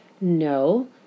No